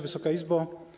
Wysoka Izbo!